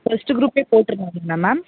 next குரூப்பே போட்டுற முடியுமா மேம்